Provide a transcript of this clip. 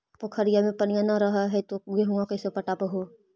पोखरिया मे पनिया न रह है तो गेहुमा कैसे पटअब हो?